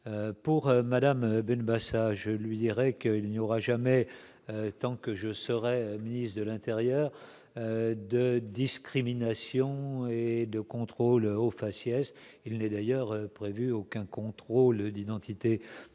pour Madame Ben ça je lui dirais qu'il n'y aura jamais tant que je serai ministre de l'Intérieur, de discrimination et de contrôles au faciès, il n'est d'ailleurs prévu aucun contrôle d'identité dans ce